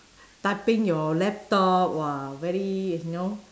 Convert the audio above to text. typing your laptop !wah! very you know